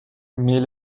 mais